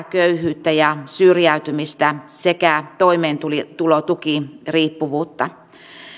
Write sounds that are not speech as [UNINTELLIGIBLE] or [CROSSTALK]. [UNINTELLIGIBLE] köyhyyttä ja syrjäytymistä sekä toimeentulotukiriippuvuutta